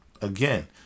Again